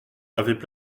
avaient